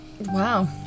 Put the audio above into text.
Wow